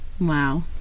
Wow